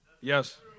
Yes